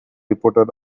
reporter